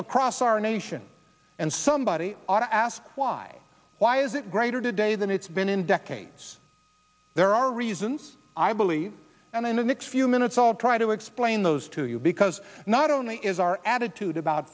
across our nation and somebody ought to ask why why is it greater today than it's been in decades there are reasons i believe and in the next few minutes all try to explain those to you because not only is our attitude about